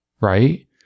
right